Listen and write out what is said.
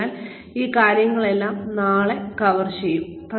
അതിനാൽ ഈ കാര്യങ്ങളെല്ലാം നാളെ കവർ ചെയ്യും